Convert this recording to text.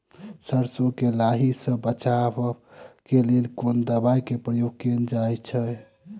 सैरसो केँ लाही सऽ बचाब केँ लेल केँ दवाई केँ प्रयोग कैल जाएँ छैय?